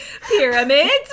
pyramids